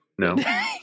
No